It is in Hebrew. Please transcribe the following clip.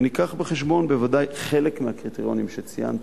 וניקח בחשבון בוודאי חלק מהקריטריונים שציינתי,